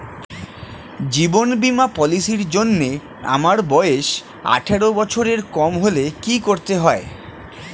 জীবন বীমা পলিসি র জন্যে আমার বয়স আঠারো বছরের কম হলে কি করতে হয়?